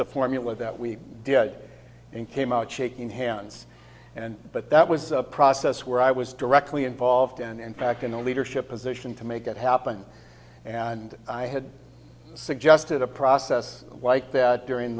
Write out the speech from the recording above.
the formula that we did and came out shaking hands and but that was a process where i was directly involved and in fact in a leadership position to make it happen and i had suggested a process like that during